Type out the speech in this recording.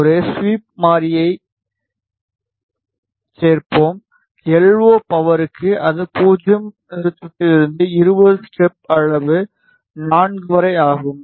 ஒரு ஸ்வீப் மாறியைச் சேர்ப்போம் எல்ஓ பவர்க்கு அது 0 நிறுத்தத்திலிருந்து 20 ஸ்டெப் அளவு 4 வரை ஆகும்